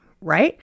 right